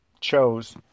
chose